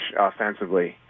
offensively